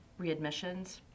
readmissions